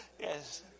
Yes